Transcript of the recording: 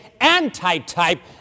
anti-type